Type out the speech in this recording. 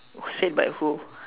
who said by who